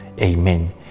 Amen